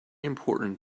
important